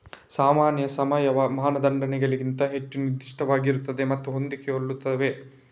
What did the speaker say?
ಸಾಮಾನ್ಯ ಸಾವಯವ ಮಾನದಂಡಗಳಿಗಿಂತ ಹೆಚ್ಚು ನಿರ್ದಿಷ್ಟವಾಗಿರುತ್ತವೆ ಮತ್ತು ಹೊಂದಿಕೊಳ್ಳುತ್ತವೆ